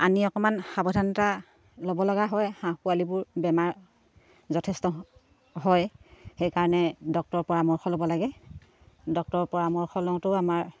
আনি অকণমান সাৱধানতা ল'ব লগা হয় হাঁহ পোৱালিবোৰ বেমাৰ যথেষ্ট হয় সেইকাৰণে ডক্তৰৰ পৰামৰ্শ ল'ব লাগে ডক্টৰৰ পৰামৰ্শ লওঁতেও আমাৰ